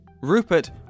Rupert